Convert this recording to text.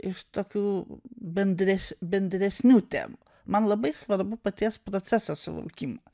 iš tokių bendres bendresnių temų man labai svarbu paties proceso suvokimas